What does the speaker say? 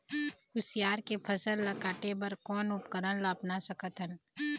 कुसियार के फसल ला काटे बर कोन उपकरण ला अपना सकथन?